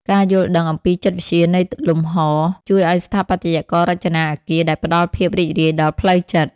ការយល់ដឹងអំពីចិត្តវិទ្យានៃលំហ ជួយឱ្យស្ថាបត្យកររចនាអគារដែលផ្ដល់ភាពរីករាយដល់ផ្លូវចិត្ត។